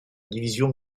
division